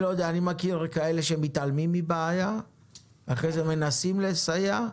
אני מכיר כאלה שמתעלמים מבעיה ואחרי זה מנסים לסייע,